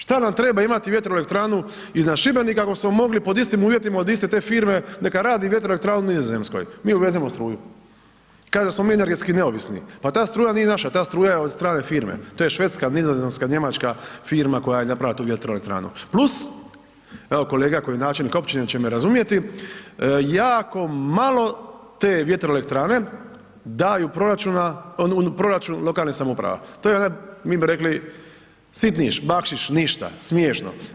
Šta nam treba imat vjetroelektranu iznad Šibenika ako smo mogli pod istim uvjetima od iste te firme, neka radi vjetroelektrana u Nizozemskoj, mi uvezemo struju kao da smo mi energetski neovisni, pa ta struja nije naša, ta struja je od strane firme, to je švedska, nizozemska, njemačka firma koja je napravila tu vjetroelektranu plus evo kolega koji je načelnik općine će me razumjeti, jako malo te vjetroelektrane daju u proračunu lokalnih samouprava, to je onaj mi bi rekli, sitniš, bakšiš, ništa, smiješno.